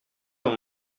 dans